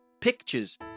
pictures